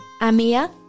Amia